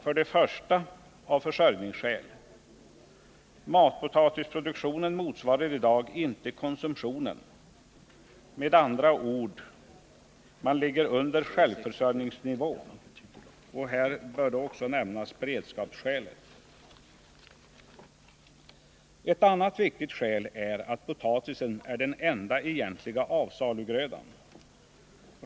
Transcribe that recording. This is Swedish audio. För det första bör man göra det av försörjningsskäl. Matpotatisproduktionen motsvarar i dag inte konsumtionen, med andra ord ligger den under självförsörjningsnivån. För det andra finns det beredskapsskäl. För det tredje är potatisen den enda egentliga avsalugrödan i Norrland.